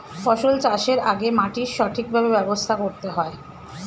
ফসল চাষের আগে মাটির সঠিকভাবে ব্যবস্থা করতে হয়